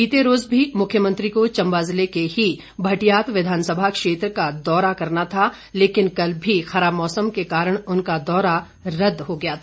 बीते रोज भी मुख्यमंत्री को चम्बा जिले के ही भटियात विधानसभा क्षेत्र का दौरा करना था लेकिन कल भी खराब मौसम के कारण उनका दौरा रद्द हो गया था